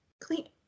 clean